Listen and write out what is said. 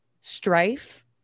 strife